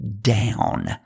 down